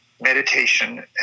meditation